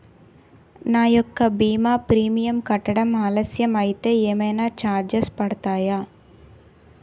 నా యెక్క భీమా ప్రీమియం కట్టడం ఆలస్యం అయితే ఏమైనా చార్జెస్ పడతాయా?